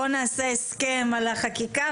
בוא נעשה הסכם על החקיקה,